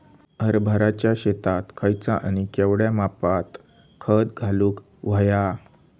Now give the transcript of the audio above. हरभराच्या शेतात खयचा आणि केवढया मापात खत घालुक व्हया?